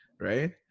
right